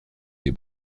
des